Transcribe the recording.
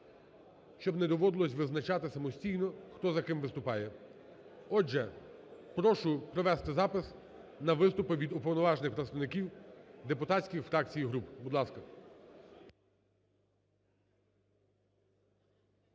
щоб не доводилось визначатись самостійно, хто за ким виступає. Отже, прошу провести запис на виступи від уповноважених представників депутатських фракцій і груп, будь ласка.